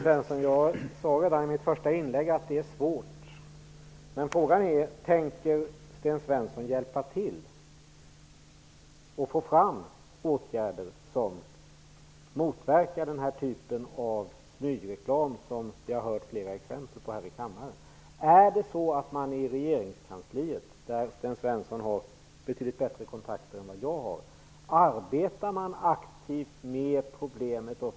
Herr talman! Jag sade redan i mitt första inlägg att detta är svårt. Men frågan är om Sten Svensson tänker hjälpa till med att få igenom åtgärder som motverkar den typ av smygreklam som vi hört talas om i flera exempel här i kammaren. Är det så att man i regeringskansliet, där Sten Svensson har betydligt bättre kontakter än jag, arbetar aktivt med problemet?